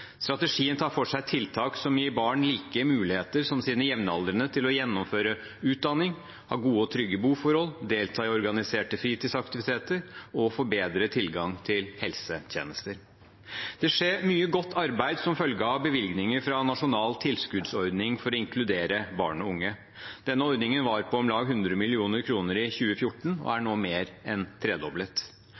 Strategien tar for seg tiltak som gir barn like muligheter som sine jevnaldrende til å gjennomføre utdanning, ha gode og trygge boforhold, delta i organiserte fritidsaktiviteter og få bedre tilgang til helsetjenester. Det skjer mye godt arbeid som følge av bevilgninger fra Nasjonal tilskuddsordning for å inkludere barn og unge. Denne ordningen var på om lag 100 mill. kr i 2014 og er nå mer enn tredoblet.